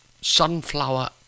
Sunflower